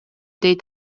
дейт